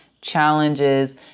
challenges